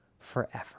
forever